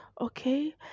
okay